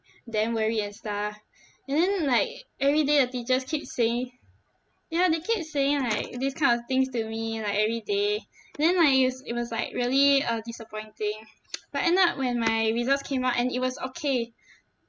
damn worried and stuff and then like every day the teachers keep saying you know they keep saying like this kind of things to me like every day then like it's it was like really uh disappointing but end up when my results came out and it was okay